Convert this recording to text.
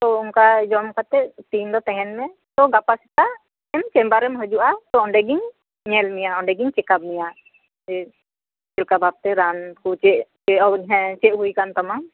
ᱛᱳ ᱚᱱᱠᱟ ᱡᱚᱢ ᱠᱟᱛᱮᱫ ᱛᱮᱦᱮᱧ ᱫᱚ ᱛᱟᱦᱮᱱ ᱛᱳ ᱜᱟᱯᱟ ᱥᱮᱛᱟᱜ ᱟᱢ ᱪᱮᱢᱵᱟᱨᱮᱢ ᱦᱤᱡᱩᱜᱼᱟ ᱛᱳ ᱚᱸᱰᱮᱜᱮᱧ ᱧᱮᱞ ᱢᱮᱭᱟ ᱚᱸᱰᱮᱜᱮᱧ ᱪᱮᱠᱟᱯ ᱢᱮᱭᱟ ᱥᱮ ᱪᱮᱫ ᱞᱮᱠᱟ ᱵᱷᱟᱵᱽᱛᱮ ᱨᱟᱱ ᱠᱚ ᱪᱮᱫ ᱪᱮᱫ ᱦᱮᱸ ᱪᱮᱫ ᱦᱩᱭ ᱟᱠᱟᱱ ᱛᱟᱢᱟ